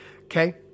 Okay